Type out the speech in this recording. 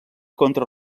contra